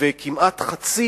וכמעט חצי